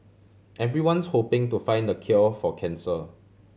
everyone's hoping to find the cure for cancer